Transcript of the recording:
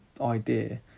idea